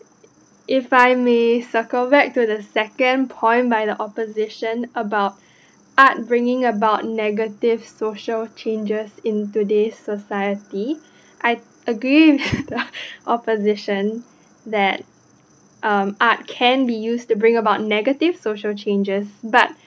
if I may circle back to the second point by the opposition about art bringing about negative social changes in today's society I agree opposition that um art can be used to bring about negative social changes but